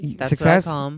success